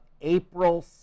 April